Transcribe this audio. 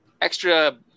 extra